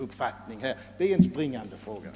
Det är den springande punkten.